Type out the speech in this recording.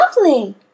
lovely